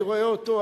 אני רואה אותו,